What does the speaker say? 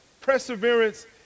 perseverance